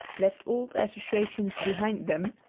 left old associations behind them,